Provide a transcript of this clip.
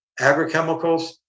agrochemicals